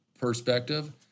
perspective